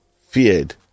feared